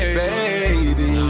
baby